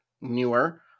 newer